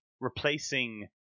replacing